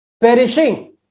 perishing